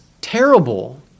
terrible